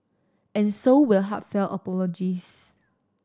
and so were heartfelt apologies